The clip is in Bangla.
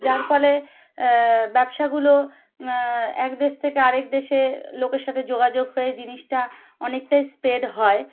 যার ফলে ব্যবসাগুলো এক দেশ থেকে আরেক দেশে লোকের সাথে যোগাযোগ হয়ে জিনিসটা অনেকটাই স্প্রেড হয়